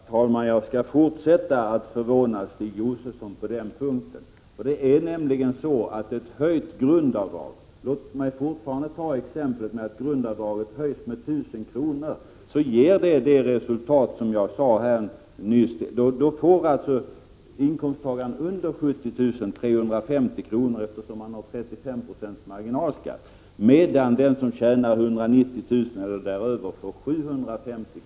Herr talman! Jag skall fortsätta att förvåna Stig Josefson på den punkten. Ett höjt grundavdrag — låt mig som exempel ta att grundavdraget höjs med 1 000 kr. — ger nämligen till resultat det som jag nämnde nyss. Då får den som har en inkomst under 70 000 kr. 350 kr. i skattelättnad, eftersom han har 35 Yo marginalskatt, medan den som tjänar 190 000 kr. eller däröver får 750 kr.